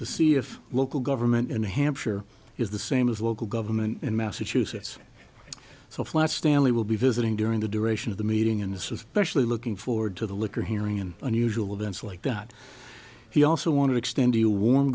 to see if local government and hampshire is the same as local government in massachusetts so flat stanley will be visiting during the duration of the meeting in this especially looking forward to the liquor hearing and unusual events like that he also want to extend you warm